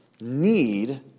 need